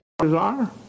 desire